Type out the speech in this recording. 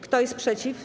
Kto jest przeciw?